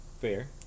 fair